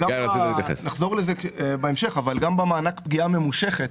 נחזור לזה בהמשך אבל גם במענק פגיעה ממושכת